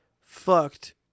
fucked